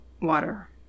water